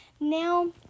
Now